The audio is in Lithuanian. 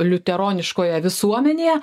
liuteroniškoje visuomenėje